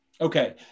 Okay